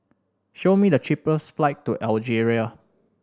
show me the cheapest flight to Algeria